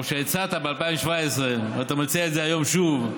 או שהצעת ב-2017 ואתה מציע את זה היום שוב,